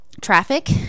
Traffic